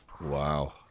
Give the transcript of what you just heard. Wow